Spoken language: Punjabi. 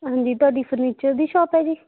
ਹਾਂਜੀ ਤੁਹਾਡੀ ਫਰਨੀਚਰ ਦੀ ਸ਼ੋਪ ਹੈ ਜੀ